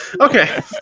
Okay